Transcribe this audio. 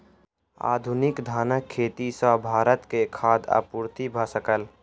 आधुनिक धानक खेती सॅ भारत के खाद्य आपूर्ति भ सकल